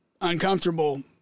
uncomfortable